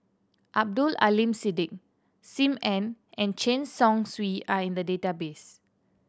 Abdul Aleem Siddique Sim Ann and Chen Chong Swee are in the database